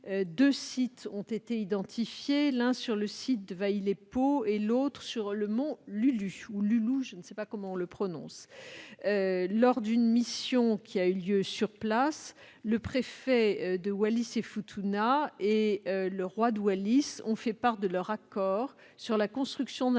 Deux emplacements ont été identifiés : l'un sur le site de Vailepo et l'autre sur le mont Lulu. Lors d'une mission ayant eu lieu sur place, le préfet de Wallis-et-Futuna et le roi de Wallis ont fait part de leur accord sur la construction d'un